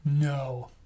No